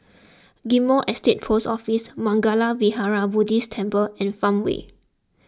Ghim Moh Estate Post Office Mangala Vihara Buddhist Temple and Farmway